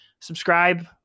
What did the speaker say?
subscribe